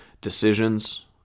Decisions